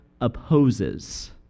opposes